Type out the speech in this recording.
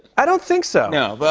i don't think so. no. but